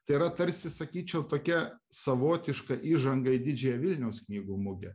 tai yra tarsi sakyčiau tokia savotiška įžanga į didžiąją vilniaus knygų mugę